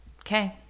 Okay